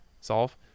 solve